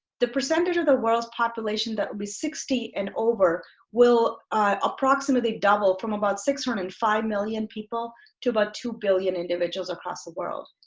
the percentage of the world's population that will be sixty and over will approximately double from about six hundred and five million people to about two billion individuals across the world.